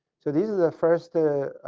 so this is a first